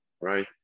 right